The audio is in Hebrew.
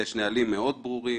יש נהלים מאוד ברורים.